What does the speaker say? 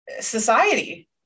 society